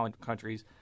countries